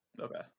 Okay